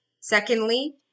secondly